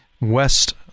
West